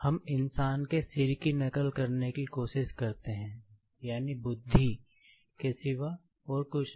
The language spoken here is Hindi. हम इंसान के सिर की नकल करने की कोशिश करते हैं यानी बुद्धि के सिवा कुछ नहीं